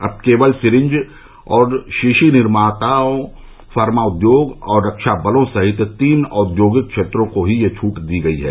अब केवल सीरिज और शीशी निर्माताओं फार्मा उद्योग और रक्षा बलों सहित तीन औद्योगिक क्षेत्रों को ही यह छूट दी गई है